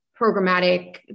programmatic